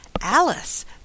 Alice